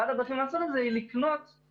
נקודה שניה,